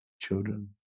children